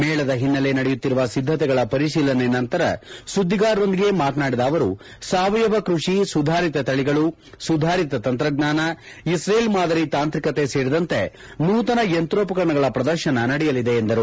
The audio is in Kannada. ಮೇಳದ ಹಿನ್ನೆಲೆ ನಡೆಯುತ್ತಿರುವ ಸಿದ್ದತೆಗಳ ಪರಿಶೀಲನೆ ನಂತರ ಸುದ್ದಿಗಾರರೊಂದಿಗೆ ಮಾತನಾಡಿದ ಅವರು ಸಾವಯವ ಕೃಷಿ ಸುಧಾರಿತ ತಳಿಗಳು ಸುಧಾರಿತ ತಂತ್ರಜ್ವಾನ ಇಸ್ರೇಲ್ ಮಾದರಿ ತಾಂತ್ರಿಕತೆ ಸೇರಿದಂತೆ ನೂತನ ಯಂತ್ರೋಪಕರಣಗಳ ಪ್ರದರ್ಶನ ನಡೆಯಲಿದೆ ಎಂದರು